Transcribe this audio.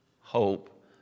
hope